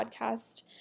podcast